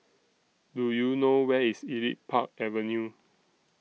Do YOU know Where IS Elite Park Avenue